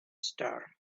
star